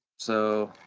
so